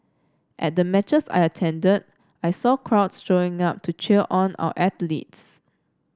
at the matches I attended I saw crowds showing up to cheer on our athletes